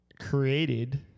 created